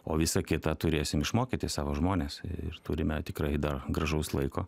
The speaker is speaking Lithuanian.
o visa kita turėsim išmokyti savo žmones ir turime tikrai dar gražaus laiko